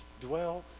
dwell